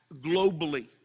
globally